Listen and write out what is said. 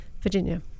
Virginia